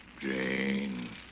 Jane